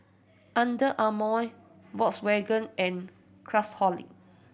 Under Armour Volkswagen and Craftholic